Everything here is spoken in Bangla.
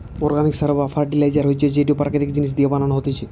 অর্গানিক সার বা ফার্টিলাইজার হতিছে যেইটো প্রাকৃতিক জিনিস দিয়া বানানো হতিছে